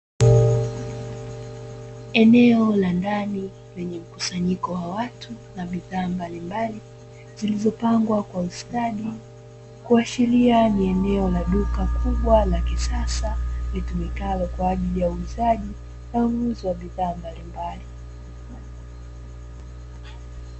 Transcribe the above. Eneo la ndani lenye mkusanyiko wa watu na bidhaa mbalimbali zilizopangwa kwa ustadi, kuashiria ni eneo kubwa la duka la kisasa litumikalo kwa ajili ya uuzaji na ununuzi wa bidhaa mbalimbali.